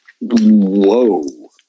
Whoa